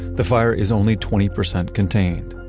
the fire is only twenty percent contained.